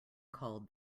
called